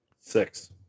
six